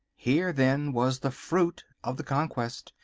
here, then, was the fruit of the conquest,